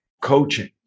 coaching